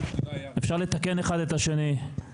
אפשר לתקן אחד את השני,